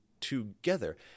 together